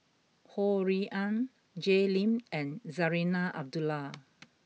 Ho Rui An Jay Lim and Zarinah Abdullah